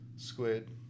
squid